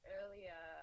earlier